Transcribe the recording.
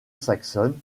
saxonnes